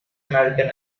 american